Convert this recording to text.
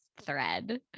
thread